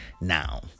now